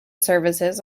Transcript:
services